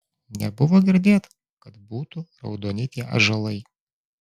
nebuvo girdėt kad būtų raudoni tie ąžuolai